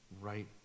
right